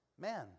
man